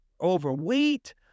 overweight